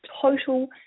total